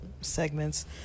Segments